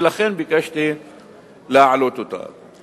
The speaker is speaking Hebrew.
ולכן ביקשתי להעלות אותה.